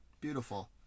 Beautiful